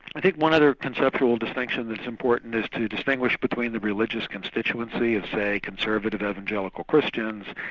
i think one other conceptual distinction that's important is to distinguish between the religious constituency of say conservative evangelical christians,